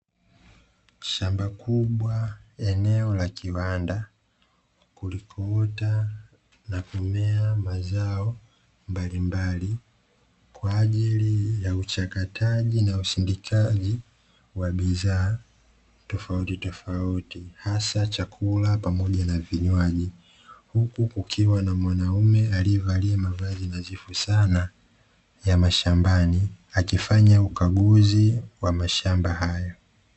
Shamba kubwa eneo la kiwanda, kulikoota na kumea mazao mbalimbali kwa ajili ya uchakataji na usindikaji wa bidhaa tofautitofauti hasa chakula pamoja na vinywaji. Huku kukiwa na mwanaume aliyevalia mavazi nadhifu sana ya mashambani akifanya uchaguzi wa mashamba hayo.